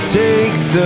takes